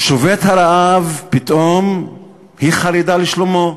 שובת הרעב, פתאום היא חרדה לשלומו,